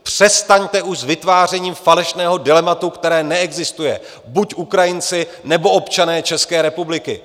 Přestaňte už s vytvářením falešného dilematu, které neexistuje: buď Ukrajinci, nebo občané České republiky!